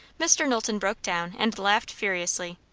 mr. knowlton broke down and laughed furiously.